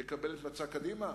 יקבל את מצע קדימה?